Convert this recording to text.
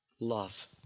love